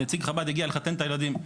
נציג חב"ד הגיע לחתן את הילדים.